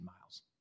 miles